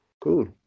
Cool